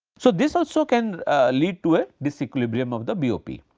so, this also can lead to a disequilibrium of the bop.